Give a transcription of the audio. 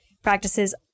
practices